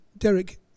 Derek